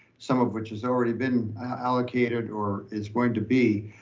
some of which has already been allocated or is going to be.